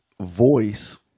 voice